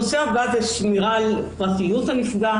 הנושא הבא הוא שמירה על פרטיות הנפגע,